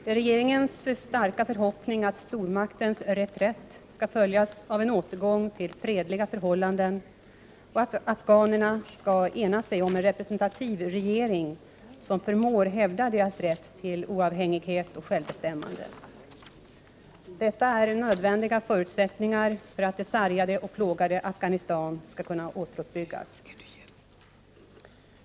Det är regeringens starka förhoppning att stormaktens reträtt skall följas av en återgång till fredliga förhållanden och att afghanerna skall ena sig om en representativ regering som förmår hävda deras rätt till oavhängighet och självbestämmande. Detta är nödvändiga förutsättningar för att det sargade och plågade Afghanistan skall kunna återuppbyggas.